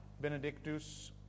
Benedictus